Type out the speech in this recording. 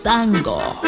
Tango